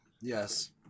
Yes